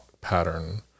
pattern